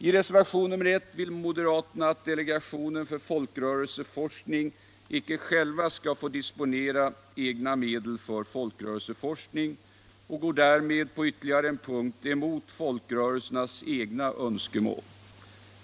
I reservationen 1 vill moderaterna att delegationen för folkrörelseforskning icke själv skall få disponera egna medel för folkrörelseforskning och går därmed på ytterligare en.punkt emot folkrörelsernas egna önskemål.